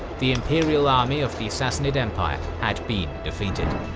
the imperial army of the sassanid empire had been defeated.